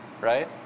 right